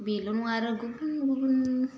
बेल' नङा आरो गुबुन गुबुन